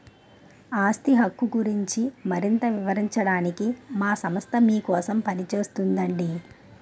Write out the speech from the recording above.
ఆస్తి హక్కు గురించి మరింత వివరించడానికే మా సంస్థ మీకోసం పనిచేస్తోందండి